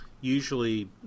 usually